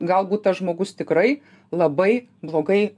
galbūt tas žmogus tikrai labai blogai